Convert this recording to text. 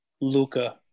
Luca